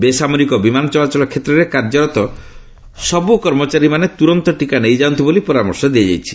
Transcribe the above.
ବେସାମରିକ ବିମାନ ଚଳାଚଳ କ୍ଷେତ୍ରରେ କାର୍ଯ୍ୟରତ ସବୁ କର୍ମଚାରୀମାନେ ତୁରନ୍ତ ଟିକା ନେଇଯାଆନ୍ତୁ ବୋଲି ପରାମର୍ଶ ଦିଆଯାଇଛି